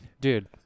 Dude